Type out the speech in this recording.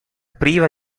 priva